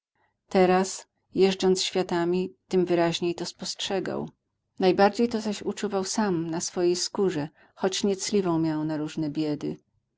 teraz jeżdżąc światami tym wyraźniej to spostrzegał najbardziej to zaś uczuwał sam na swojej skórze choć nie cliwą miał na różne biedy